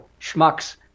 schmucks